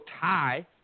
tie